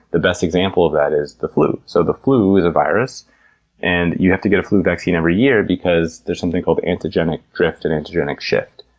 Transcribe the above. the best example of that is the flu. so the flu is a virus and you have to get a flu vaccine every year because there's something called antigenic drift and antigenic shift.